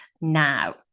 now